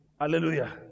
hallelujah